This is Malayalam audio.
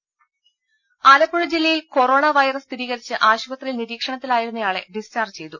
രുദ ആലപ്പുഴ ജില്ലയിൽ കൊറോണ വൈറസ് സ്ഥിരീകരിച്ച് ആശുപത്രിയിൽ നിരീക്ഷണത്തിലായിരുന്നയാളെ ഡിസ്ചാർജ് ചെയ്തു